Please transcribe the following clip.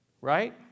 right